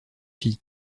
fille